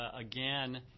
again